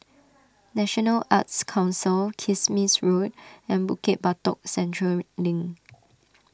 National Arts Council Kismis Road and Bukit Batok Central Link